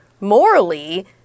morally –